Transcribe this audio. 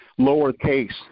lowercase